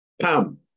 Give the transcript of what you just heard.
Pam